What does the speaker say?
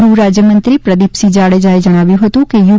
ગૃહ રાજ્ય મંત્રી પ્રદીપસિંહ જાડેજા એ જણાવ્યુ હતું કે યુ